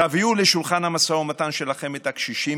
תביאו לשולחן המשא ומתן שלכם את הקשישים